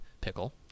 pickle